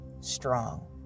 strong